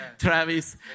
Travis